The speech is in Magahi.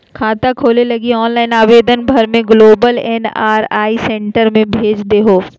खाता खोले लगी ऑनलाइन आवेदन भर के ग्लोबल एन.आर.आई सेंटर के भेज देहो